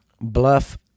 Bluff